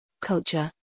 Culture